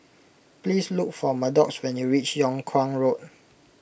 please look for Maddox when you reach Yung Kuang Road